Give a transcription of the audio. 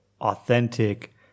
authentic